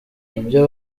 ibyo